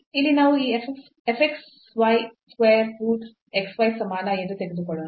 ಇಲ್ಲಿ ನಾವು ಈ f xy square root x y ಸಮಾನ ಎಂದು ತೆಗೆದುಕೊಳ್ಳೋಣ